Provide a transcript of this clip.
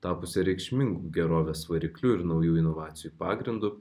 tapusią reikšmingu gerovės varikliu ir naujų inovacijų pagrindu